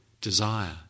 desire